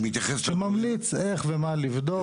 הוא ממליץ איך ומה לבדוק.